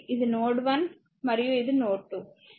ఇది నోడ్ 1 మరియు ఇది నోడ్ 2